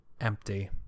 Empty